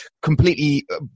completely